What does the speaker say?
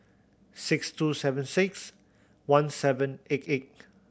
six two seven six one seven eight eight